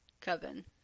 coven